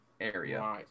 area